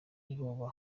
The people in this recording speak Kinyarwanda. ubwoba